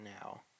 now